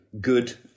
good